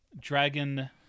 dragon